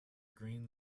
green